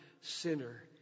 sinner